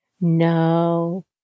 No